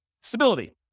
Stability